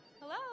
Hello